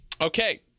Okay